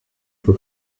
for